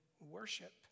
worship